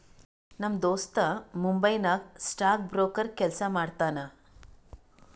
ನಮ್ ದೋಸ್ತ ಮುಂಬೈ ನಾಗ್ ಸ್ಟಾಕ್ ಬ್ರೋಕರ್ ಕೆಲ್ಸಾ ಮಾಡ್ತಾನ